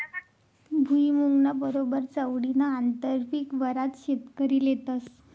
भुईमुंगना बरोबर चवळीनं आंतरपीक बराच शेतकरी लेतस